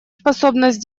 способность